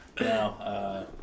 Now